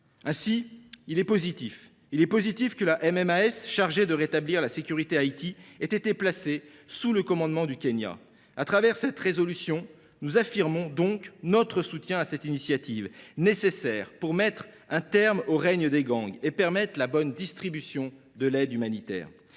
est donc positif que la MMAS, chargée de rétablir la sécurité en Haïti, ait été placée sous le commandement du Kenya. Au travers de cette résolution, nous affirmons notre soutien à cette initiative, nécessaire pour mettre un terme au règne des gangs et permettre la bonne distribution de l’aide humanitaire.